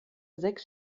sechs